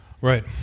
Right